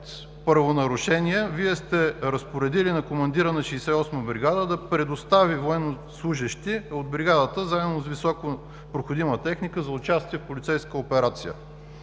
правонарушения, Вие сте разпоредили на командира на 68-а бригада да предостави военнослужещи от бригадата заедно с високопроходима техника за участие в полицейска операция,